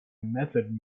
method